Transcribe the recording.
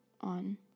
on